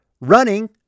running